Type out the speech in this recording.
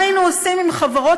מה היינו עושים אם חברות,